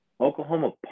Oklahoma